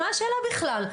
מה השאלה בכלל?